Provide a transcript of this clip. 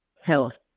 health